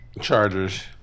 Chargers